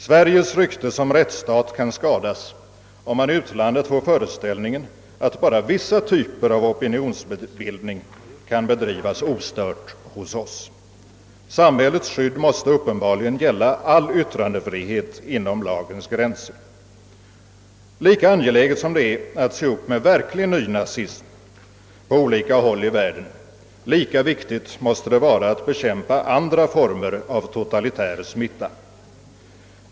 Sveriges rykte som rättsstat kan skadas, om man i utlandet får den föreställningen att bara vissa typer av opinionsbildning kan bedrivas ostört hos oss. Samhällets skydd måste uppenbarligen gälla all yttrandefrihet inom lagens gränser. Lika angeläget som det är att se upp med verklig nynazism på alla håll i världen lika viktigt måste det vara att bekämpa andra former av totalitär smitta.